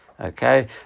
okay